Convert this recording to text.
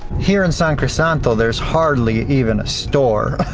here in san crisanto there's hardly even a store.